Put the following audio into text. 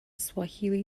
swahili